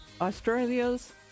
Australia's